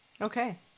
Okay